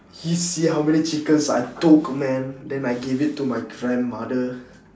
you see how many chickens I took man then I give it to my grandmother